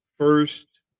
first